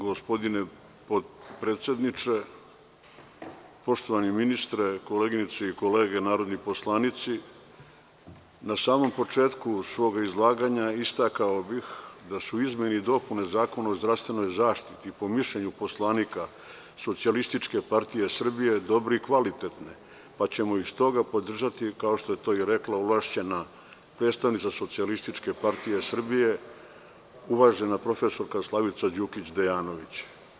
Gospodine potpredsedniče, poštovani ministre, koleginice i kolege narodni poslanici, na samom početku svog izlaganja istakao bih da su izmene i dopune Zakona o zdravstvenoj zaštiti, po mišljenju poslanika SPS, dobre i kvalitetne pa ćemo ih stoga podržati, kao što je to i rekla ovlašćena predstavnica SPS uvažena profesorka Slavica Đukić Dejanović.